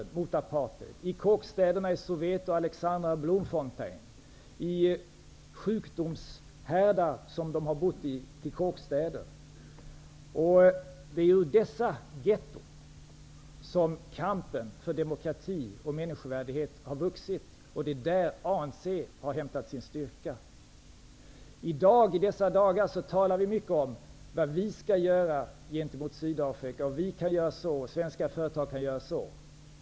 De har kämpat och lidit i de sjukdomshärdar till kåkstäder som de har bott i, i Soweto, Alexandra och Blue Fountain. Det är i dessa getton som kampen för demokrati och människovärdighet har vuxit. Det är där som ANC har hämtat sin styrka. I dessa dagar talas det mycket om vad vi skall göra gentemot Sydafrika. Vi kan göra si och svenska företag kan göra så.